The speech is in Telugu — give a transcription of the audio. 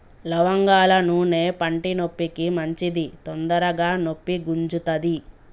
లవంగాల నూనె పంటి నొప్పికి మంచిది తొందరగ నొప్పి గుంజుతది